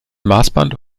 maßband